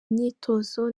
myitozo